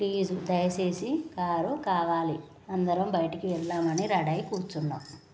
please దయచేసి car కావాలి అందరం బయటికి వెళ్దామని రెడీ అయ్యి కూర్చున్నాము